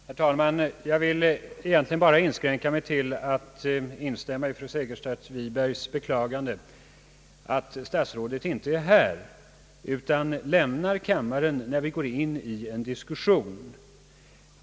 Herr talman! Jag vill egentligen bara inskränka mig till att instämma i fru Segerstedt Wibergs beklagande att statsrådet inte är här utan lämnar kammaren när vi går in i en diskussion.